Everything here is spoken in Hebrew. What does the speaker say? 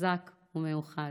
חזק ומאוחד.